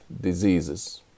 diseases